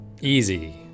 Easy